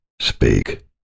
Speak